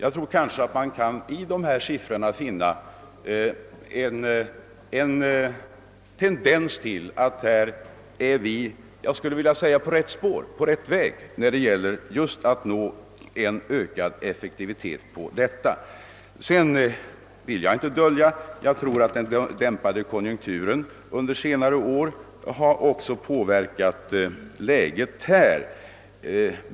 Kanske kan man av dessa siffror finna att vi är på rätt väg för att uppnå en ökning av effektiviteten på detta område. Sedan vill jag inte dölja att jag tror att den dämpade konjunkturen under senare år också påverkat läget härvidlag.